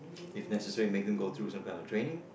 if necessary makes them go through some kind of training